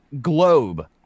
globe